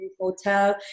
hotel